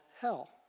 hell